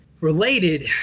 related